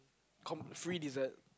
com~ free dessert